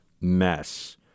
mess